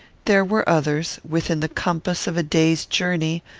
there were others, within the compass of a day's journey,